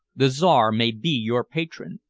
the czar may be your patron,